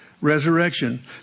resurrection